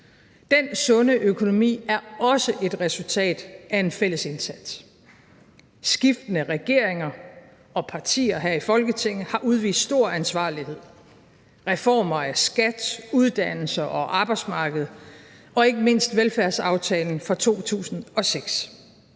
Den sunde økonomi er også et resultat af en fælles indsats. Skiftende regeringer og partier her i Folketinget har udvist stor ansvarlighed: Reformer af skat, uddannelser og arbejdsmarkedet og ikke mindst velfærdsaftalen fra 2006.